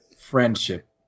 Friendship